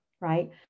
right